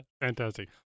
Fantastic